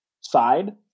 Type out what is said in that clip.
side